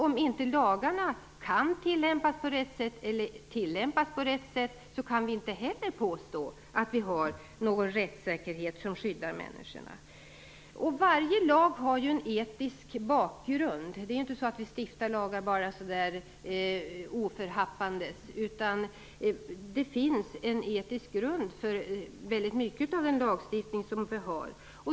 Om inte lagarna kan tillämpas på rätt sätt, eller tillämpas på rätt sätt, kan vi inte heller påstå att vi har någon rättssäkerhet som skyddar människorna. Varje lag har en etisk grund. Det är inte så att vi stiftar lagar oförhappandes. Det finns en etisk grund för väldigt mycket av den lagstiftning vi har.